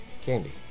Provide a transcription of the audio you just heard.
candy